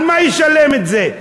על מה ישלם את זה?